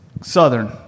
southern